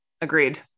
Agreed